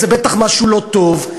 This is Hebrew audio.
זה בטח משהו לא טוב,